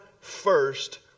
first